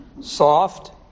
Soft